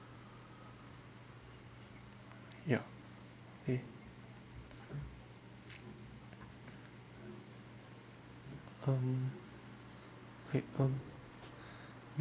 yup eh um okay um